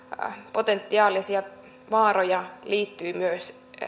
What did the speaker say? potentiaalisia vaaroja liittyy myös